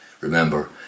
Remember